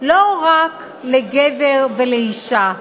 לא רק לגבר ולאישה.